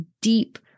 deep